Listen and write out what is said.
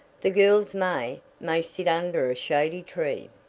the girls may may sit under a shady tree.